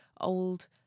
old